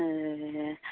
ओह